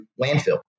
landfill